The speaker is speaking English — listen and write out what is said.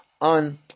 on